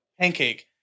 pancake